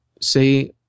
say